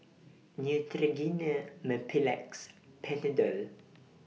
Neutrogena Mepilex Panadol